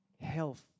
health